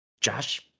Josh